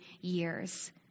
years